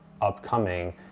upcoming